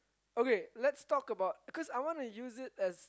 okay let's talk about because I want to use it as